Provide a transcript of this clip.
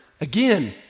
again